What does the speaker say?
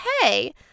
hey